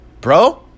bro